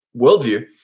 worldview